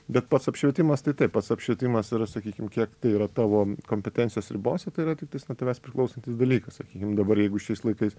bet pats apšvietimas tai taip pats apšvietimas yra sakykim kiek tai yra tavo kompetencijos ribose tai yra tiktais nuo tavęs priklausantis dalykas sakykim dabar jeigu šiais laikais